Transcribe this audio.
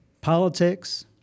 Politics